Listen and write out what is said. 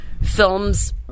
Films